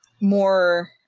more